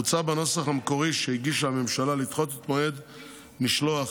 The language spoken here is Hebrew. הוצע בנוסח המקורי שהגישה הממשלה לדחות את מועד משלוח